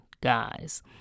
guys